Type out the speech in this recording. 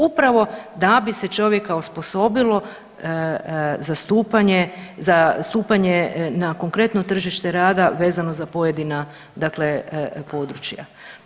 Upravo da bi se čovjeka osposobilo za stupanje, za stupanje na konkretno tržište rada vezano za pojedina dakle područja.